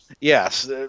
Yes